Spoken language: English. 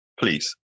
Please